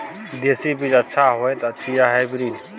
देसी बीज अच्छा होयत अछि या हाइब्रिड?